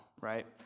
right